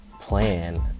plan